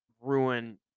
ruin